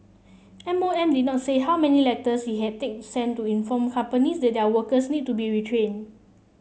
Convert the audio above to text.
M O M did not say how many letters it had did sent to inform companies that their workers needed to be retrained